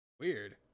Weird